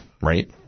right